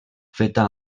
feta